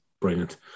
brilliant